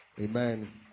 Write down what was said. Amen